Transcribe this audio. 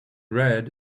red